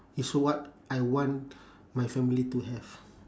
it's what I want my family to have